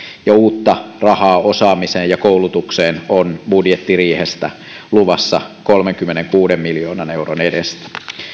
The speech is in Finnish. ja uutta rahaa osaamiseen ja koulutukseen on budjettiriihestä luvassa kolmenkymmenenkuuden miljoonan euron edestä